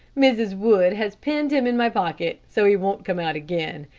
mrs. wood has pinned him in my pocket so he won't come out again.